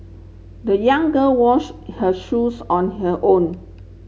the young girl wash her shoes on her own